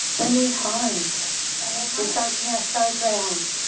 we need homes. you've taken our showgrounds.